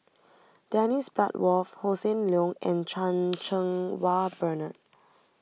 Dennis Bloodworth Hossan Leong and Chan Cheng Wah Bernard